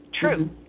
true